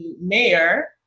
Mayor